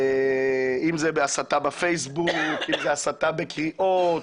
אם זו הסתה בפייסבוק, אם זו הסתה בקריאות,